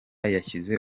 yashyize